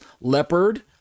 Leopard